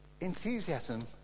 Enthusiasm